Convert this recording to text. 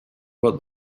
what